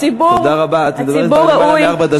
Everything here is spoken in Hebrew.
את מדברת כבר מעל ארבע דקות,